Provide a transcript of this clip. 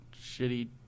shitty